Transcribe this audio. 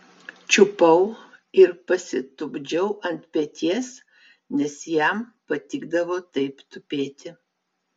čiupau ir pasitupdžiau ant peties nes jam patikdavo taip tupėti